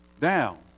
down